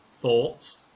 thoughts